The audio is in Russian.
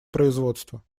производства